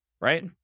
right